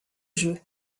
jeu